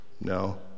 No